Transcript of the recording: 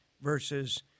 versus